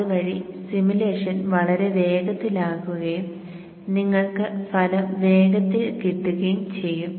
അതുവഴി സിമുലേഷൻ വളരെ വേഗത്തിലാകുകയും നിങ്ങൾക്ക് ഫലം വേഗത്തിൽ കിട്ടുകയും ചെയ്യും